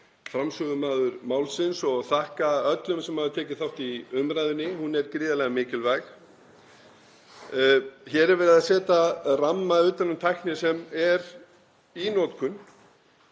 framsögumaður málsins og þakka öllum sem hafa tekið þátt í umræðunni. Hún er gríðarlega mikilvæg. Hér er verið að setja ramma utan um tækni sem er í notkun,